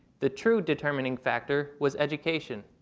the true determining factor was education.